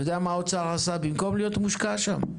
אתה יודע מה האוצר עשה במקום להיות מושקע שם?